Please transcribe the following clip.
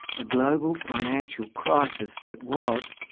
a global financial crisis that was,